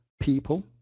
people